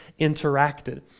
interacted